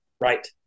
Right